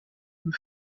und